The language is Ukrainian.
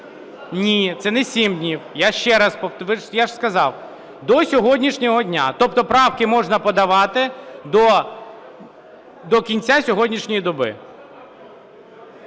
Ні, це не 7 днів. Я ще раз повторюю, я ж сказав, до сьогоднішнього дня. Тобто правки можна подавати до кінця сьогоднішньої доби.